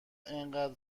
اینقدر